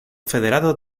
federado